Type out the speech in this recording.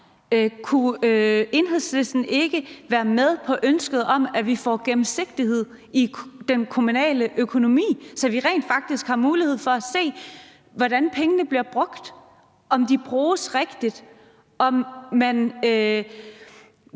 Kunne Enhedslisten ikke være med på ønsket om, at vi får gennemsigtighed i den kommunale økonomi, så vi rent faktisk har mulighed for at se, hvordan pengene bliver brugt, altså om de bruges rigtigt, og om man